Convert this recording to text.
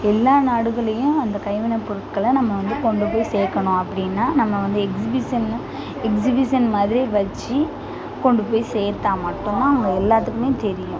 எல்லா நாடுகள்லேயும் அந்த கைவினை பொருட்களை நம்ம வந்து கொண்டு போய் சேர்க்கணும் அப்படின்னா நம்ம வந்து எக்ஸ்பிஷன் எக்ஸிபிஷன் மாதிரி வெச்சி கொண்டுப்போய் சேர்த்தா மட்டும் தான் எல்லோத்துக்குமே தெரியும்